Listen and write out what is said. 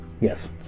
Yes